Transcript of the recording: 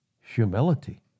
Humility